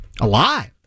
alive